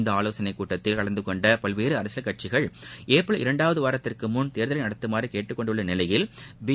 இந்த ஆலோசனை கூட்டத்தில் கலந்தகொண்ட பல்வேறு அரசியல் கட்சிகள் ஏப்ரல் இரண்டாவது வாரத்திற்கு முள் தேர்தலை நடத்தமாறு கேட்டுக் கொண்டுள்ள நிலையில் பி